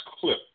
clip